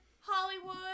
Hollywood